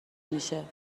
میشه